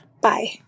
Bye